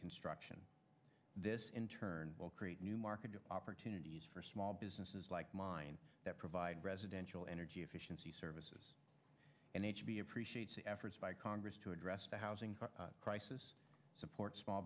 construction this in turn will create new market opportunities for small businesses like mine that provide residential energy efficiency services and h b appreciate the efforts by congress to address the housing crisis support small